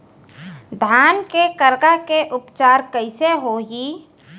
धान के करगा के उपचार कइसे होही?